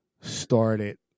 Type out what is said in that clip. started